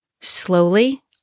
Slowly